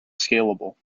scalable